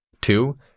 Two